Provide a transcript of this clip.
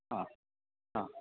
हा हा